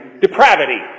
depravity